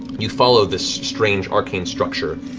you follow this strange arcane structure.